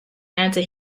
answer